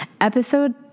episode